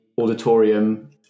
auditorium